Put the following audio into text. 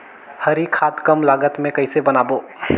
हरी खाद कम लागत मे कइसे बनाबो?